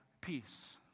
peace